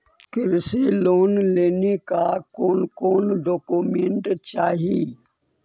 कृषि लोन लेने ला कोन कोन डोकोमेंट चाही?